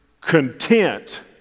content